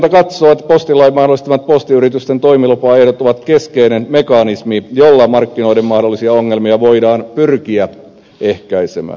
valiokunta katsoo että postilain mahdollistamat postiyritysten toimilupaehdot ovat keskeinen mekanismi jolla markkinoiden mahdollisia ongelmia voidaan pyrkiä ehkäisemään